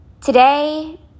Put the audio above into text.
Today